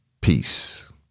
Peace